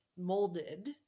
molded